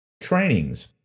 Trainings